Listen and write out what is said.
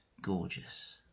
gorgeous